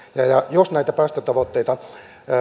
jos näitä päästötavoitteita